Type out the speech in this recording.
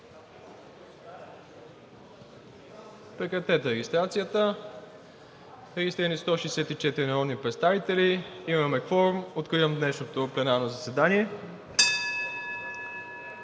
за регистрация. Регистрирани 164 народни представители. Има кворум. Откривам днешното пленарно заседание.